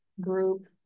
group